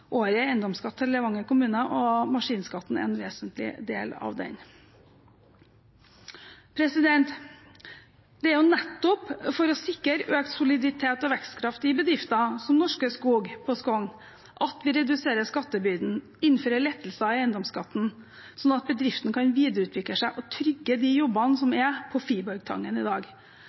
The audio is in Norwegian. året i eiendomsskatt til Levanger kommune, og maskinskatten er en vesentlig del av det. Det er nettopp for å sikre økt soliditet og vekstkraft i bedrifter som Norske Skog på Skogn at vi reduserer skattebyrden, innfører lettelser i eiendomsskatten, slik at bedriften kan videreutvikle seg og trygge de jobbene som er på Fiborgtangen i dag.